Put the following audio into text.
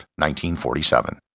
1947